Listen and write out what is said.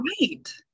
right